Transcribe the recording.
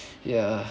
ya